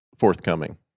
forthcoming